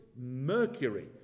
Mercury